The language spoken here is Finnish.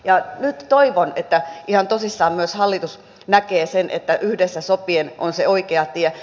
nyt toivon että ihan tosissaan myös hallitus näkee sen että yhdessä sopien on se oikea tie